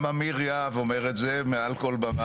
גם אמיר יהב אומר את זה מעל כל במה.